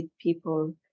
people